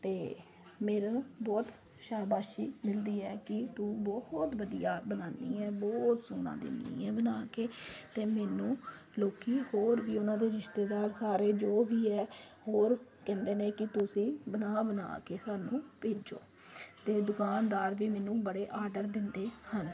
ਅਤੇ ਮੇਰਾ ਨਾ ਬਹੁਤ ਸ਼ਾਬਾਸ਼ੀ ਮਿਲਦੀ ਹੈ ਕਿ ਤੂੰ ਬਹੁਤ ਵਧੀਆ ਬਣਾਉਂਦੀ ਹੈ ਬਹੁਤ ਸੋਹਣਾ ਦਿੰਦੀ ਹੈ ਬਣਾ ਕੇ ਅਤੇ ਮੈਨੂੰ ਲੋਕ ਹੋਰ ਵੀ ਉਹਨਾਂ ਦੇ ਰਿਸ਼ਤੇਦਾਰ ਸਾਰੇ ਜੋ ਵੀ ਹੈ ਹੋਰ ਕਹਿੰਦੇ ਨੇ ਕਿ ਤੁਸੀਂ ਬਣਾ ਬਣਾ ਕੇ ਸਾਨੂੰ ਭੇਜੋ ਅਤੇ ਦੁਕਾਨਦਾਰ ਵੀ ਮੈਨੂੰ ਬੜੇ ਆਰਡਰ ਦਿੰਦੇ ਹਨ